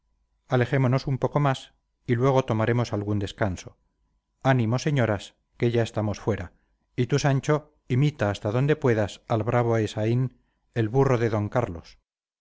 alejémonos un poco más y luego tomaremos algún descanso ánimo señoras que ya estamos fuera y tú sancho imita hasta donde puedas al bravo esain el burro de d carlos